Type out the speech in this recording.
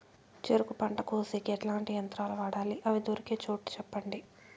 చెరుకు పంట కోసేకి ఎట్లాంటి యంత్రాలు వాడాలి? అవి దొరికే చోటు చెప్పండి?